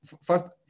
First